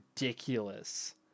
ridiculous